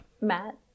Matt